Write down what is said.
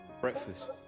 breakfast